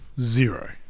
Zero